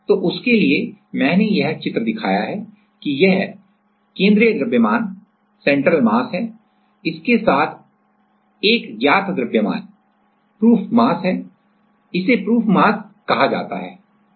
तो उसके लिए मैंने यह चित्र दिखाया है कि यह केंद्रीय द्रव्यमान central mass है इसके साथ एक ज्ञात द्रव्यमान proof mass है है इसे proof mass कहा जाता है